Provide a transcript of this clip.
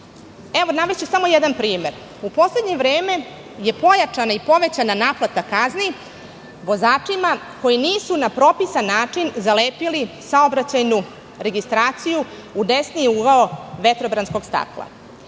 navešću samo jedan primer. U poslednje vreme je pojačana i povećana naplata kazni vozačima koji nisu na propisan način zalepili saobraćajnu registraciju u desni ugao vetrobranskog stakla.